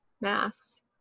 masks